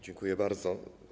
Dziękuję bardzo.